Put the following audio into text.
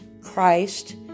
Christ